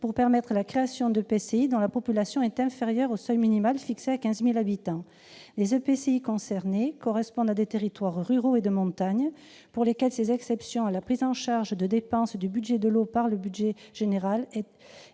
pour permettre la création d'EPCI dont la population est inférieure au seuil minimal, fixé à 15 000 habitants. Les EPCI concernés correspondent à des territoires ruraux et de montagne, pour lesquels ces exceptions à la prise en charge de dépenses du budget de l'eau par le budget général